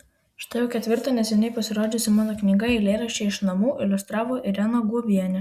štai jau ketvirtą neseniai pasirodžiusią mano knygą eilėraščiai iš namų iliustravo irena guobienė